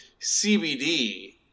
CBD